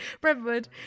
brentwood